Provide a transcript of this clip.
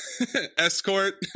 Escort